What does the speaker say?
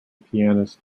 pianist